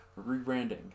rebranding